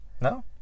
no